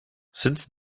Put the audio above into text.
since